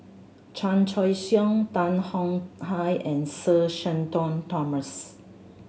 Chan Choy Siong Tan Tong Hye and Sir Shenton Thomas